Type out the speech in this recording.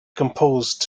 composed